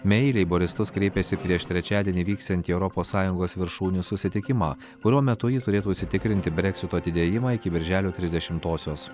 mei į leiboristus kreipėsi prieš trečiadienį vyksiantį europos sąjungos viršūnių susitikimą kurio metu ji turėtų užsitikrinti breksito atidėjimą iki birželio trisdešimtosios